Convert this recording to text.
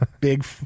big